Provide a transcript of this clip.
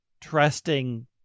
trusting